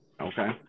okay